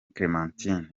clementine